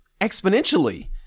exponentially